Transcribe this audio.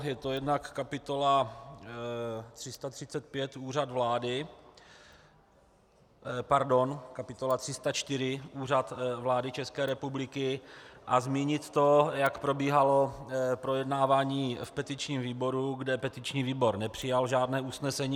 Je to jednak kapitola 335 Úřad vlády... pardon, kapitola 304 Úřad vlády České republiky, a zmínit to, jak probíhalo projednávání v petičním výboru, kde petiční výbor nepřijal žádné usnesení.